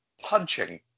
punching